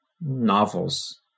novels